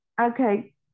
Okay